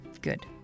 Good